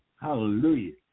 Hallelujah